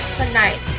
tonight